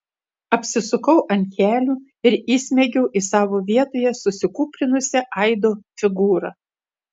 apsisukau ant kelių ir įsmeigiau į savo vietoje susikūprinusią aido figūrą